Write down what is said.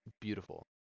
beautiful